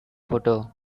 photo